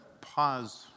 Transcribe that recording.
pause